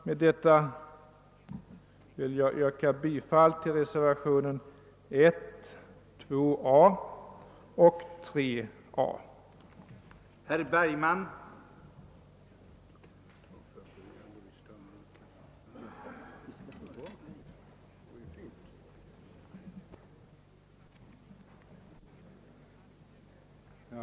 Med detta vill jag yrka bifall till reservationerna 1, 2 a och 3 a till statsutskottets utlåtande nr 132.